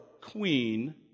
queen